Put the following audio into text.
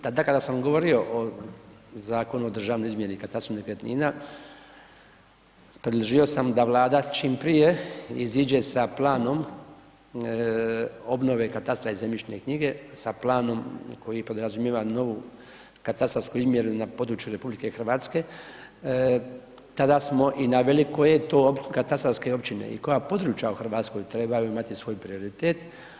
Tada kada sam govorio o Zakonu o državnoj izmjeri i katastru nekretnina, predložio sam da Vlada čim prije iziđe sa planom obnove katastra i zemljišne knjige sa planom koji podrazumijeva novu katastarsku izmjeru na području RH, tada smo i naveli koje to katastarske općine i koja područja u Hrvatskoj trebaju imati svoj prioritet.